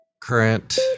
current